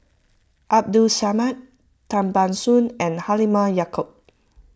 Abdul Samad Tan Ban Soon and Halimah Yacob